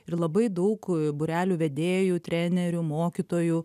ir labai daug būrelių vedėjų trenerių mokytojų